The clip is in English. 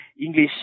English